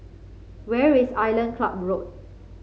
where is Island Club Road